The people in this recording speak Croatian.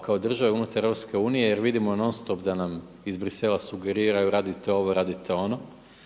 kao države unutar EU jer vidimo non stop da nam iz Brisela sugeriraju radite ovo, radite ono.